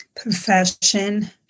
profession